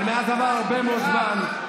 אבל מאז עבר, חמודי,